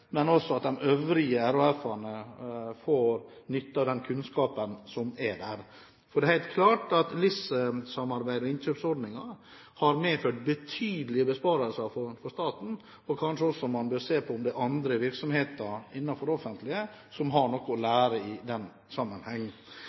men også at de øvrige RHF-ene får nytte av den kunnskapen som er der. LIS-samarbeidet og innkjøpsordningen har medført betydelige besparelser for staten, og kanskje man også bør se på om det er andre virksomheter innenfor det offentlige som har noe å lære i denne sammenheng.